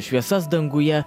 šviesas danguje